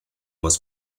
was